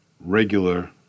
regular